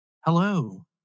Hello